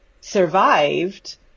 survived